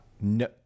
No